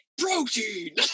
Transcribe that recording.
protein